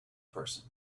person